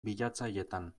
bilatzailetan